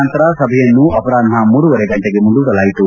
ನಂತರ ಸಭೆಯನ್ನು ಅಪರಾಹ್ನ ಮೂರೂವರೆ ಗಂಟೆಗೆ ಮುಂದೂಡಲಾಯಿತು